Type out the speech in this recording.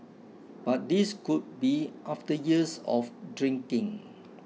but this could be after years of drinking